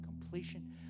completion